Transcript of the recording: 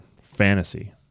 fantasy